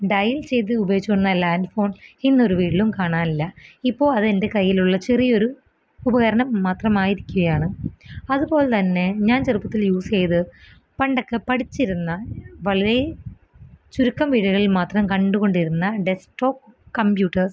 dial ചെയ്ത് ഉപയോഗിച്ചോണ്ടിരുന്ന land phone ഇന്നൊരു വീട്ടിലും കാണാനില്ല ഇപ്പോൾ അതെൻ്റെ കൈയിലുള്ള ചെറിയൊരു ഉപകരണം മാത്രമായിരിക്കുകയാണ് അതുപോലെ തന്നെ ഞാൻ ചെറുപ്പത്തിൽ യൂസ് ചെയ്ത് പണ്ടൊക്കെ പഠിച്ചിരുന്ന വളരെ ചുരുക്കം വീടുകളിൽ മാത്രം കണ്ടുകൊണ്ടിരുന്ന ഡെസ്ക്ടോപ്പ് കമ്പ്യൂട്ടേഴ്സ്